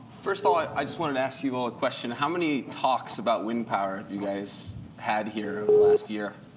first of all, i just want to and ask you all a question. how many talks about wind power you guys had here last year?